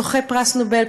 זוכה פרס נובל,